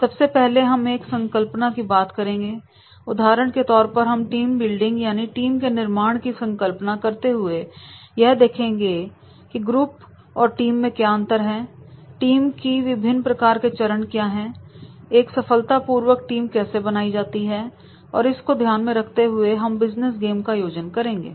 सबसे पहले हम एक संकल्पना की बात करेंगे उदाहरण के तौर पर हम टीम बिल्डिंग यानी टीम के निर्माण की संकल्पना करते हुए यह देखेंगे थी ग्रुप और टीम में क्या अंतर है टीम की विभिन्न प्रकार के चरण क्या है एक सफलता पूर्वक टीम कैसे बनाई जाती हैं और इस को ध्यान में रखते हुए हम बिजनेस गेम का आयोजन करेंगे